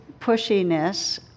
pushiness